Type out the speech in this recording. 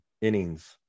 innings